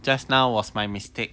just now was my mistake